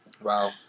Wow